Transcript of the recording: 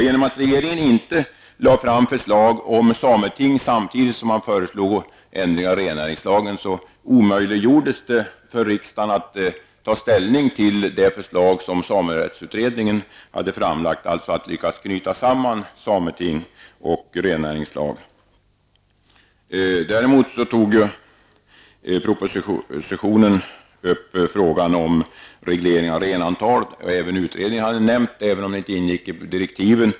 Genom att regeringen inte lade fram ett förslag om ett sameting samtidigt som den föreslog ändringar i rennäringslagen, blev det omöjligt för riksdagen att ta ställning till det förslag som samerättsutredningen framlagt, dvs. att knyta samman sameting och rennäringslag. Däremot tog regeringen i propositionen upp frågan om reglering av antalet renar. Även utredningen hade nämnt detta, trots att det inte ingick i direktiven.